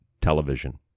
television